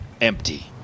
empty